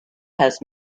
has